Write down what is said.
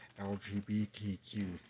LGBTQ